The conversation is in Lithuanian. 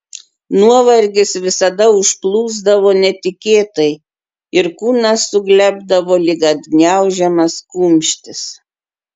nuovargis visada užplūsdavo netikėtai ir kūnas suglebdavo lyg atgniaužiamas kumštis